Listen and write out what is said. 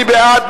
מי בעד?